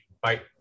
Bye